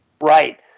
Right